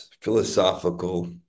philosophical